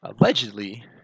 allegedly